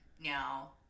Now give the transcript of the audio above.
now